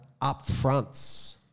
upfronts